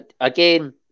Again